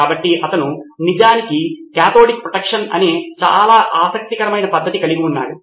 కాబట్టి అతను నిజానికి కాథోడిక్ ప్రొటెక్షన్ అనే చాలా ఆసక్తికరమైన పద్ధతి కలిగి ఉన్నాడు